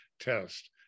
test